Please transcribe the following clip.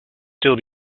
still